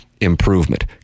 Improvement